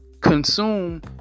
consume